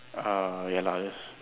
ah ya lah just